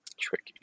Tricky